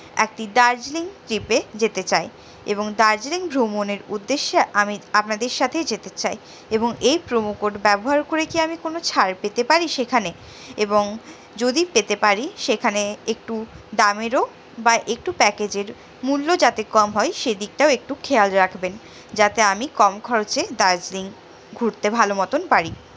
একটি দার্জিলিং ট্রিপে যেতে চাই এবং দার্জিলিং ভ্রমণের উদ্দেশ্যে আমি আপনাদের সাথেই যেতে চাই এবং এই প্রোমো কোড ব্যবহার করে কি আমি কোনো ছাড় পেতে পারি সেখানে এবং যদি পেতে পারি সেখানে একটু দামেরও বা একটু প্যাকেজের মূল্য যাতে কম হয় সেদিকটাও একটু খেয়াল রাখবেন যাতে আমি কম খরচে দার্জিলিং ঘুরতে ভালো মতন পারি